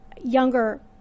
younger